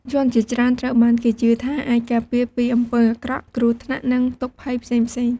យ័ន្តជាច្រើនត្រូវបានគេជឿថាអាចការពារពីអំពើអាក្រក់ គ្រោះថ្នាក់ និងទុក្ខភ័យផ្សេងៗ។